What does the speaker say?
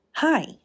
Hi